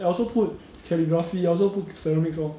eh I also put calligraphy I also put ceramics lor